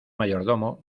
mayordomo